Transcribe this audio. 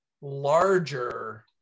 larger –